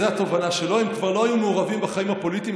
זו התובנה שלו: הם כבר לא היו מעורבים בחיים הפוליטיים,